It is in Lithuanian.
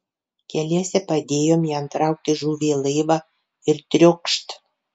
keliese padėjom jam traukti žuvį į laivą ir triokšt